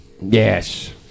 Yes